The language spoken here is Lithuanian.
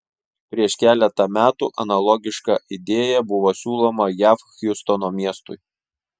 prieš keletą metų analogiška idėja buvo siūloma jav hjustono miestui